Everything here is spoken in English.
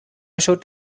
should